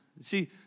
See